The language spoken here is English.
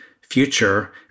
future